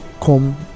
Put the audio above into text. come